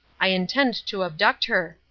i intend to abduct her.